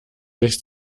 sich